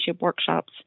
workshops